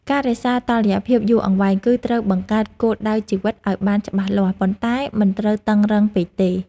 ការរក្សាតុល្យភាពយូរអង្វែង គឹត្រូវបង្កើតគោលដៅជីវិតឱ្យបានច្បាស់លាស់ ប៉ុន្តែមិនត្រូវតឹងរ៉ឹងពេកទេ។